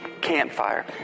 campfire